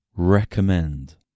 Recommend